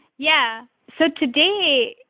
yeah. so today,